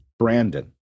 Brandon